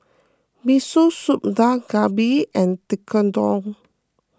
Miso Soup Dak Galbi and Tekkadon